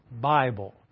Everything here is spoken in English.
Bible